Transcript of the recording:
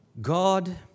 God